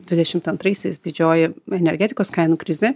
dvidešimt antraisiais didžioji energetikos kainų krizė